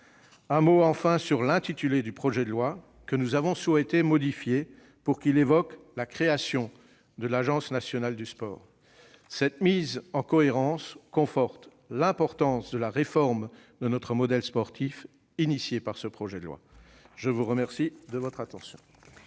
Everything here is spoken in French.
un mot sur l'intitulé du projet de loi. Nous avons souhaité le modifier pour qu'il évoque la création de l'Agence nationale du sport. Cette mise en cohérence conforte l'importance de la réforme de notre modèle sportif initiée par ce projet de loi. La parole est à Mme